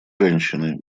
женщины